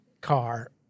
car